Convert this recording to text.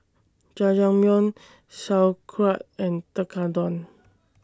Jajangmyeon Sauerkraut and Tekkadon